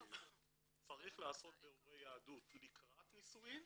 שצריך לעשות בירורי יהדות לקראת נישואין